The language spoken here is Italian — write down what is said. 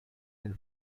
nel